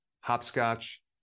Hopscotch